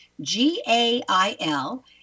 G-A-I-L